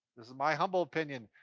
this is my humble opinion,